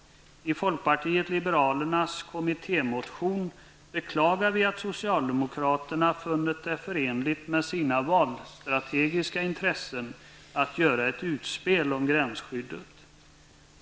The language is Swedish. I folkpartiet liberalernas kommittémotion beklagar vi att socialdemokraterna funnit det förenligt med sina valstrategiska intressen att göra ett utspel om gränsskyddet.